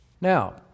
Now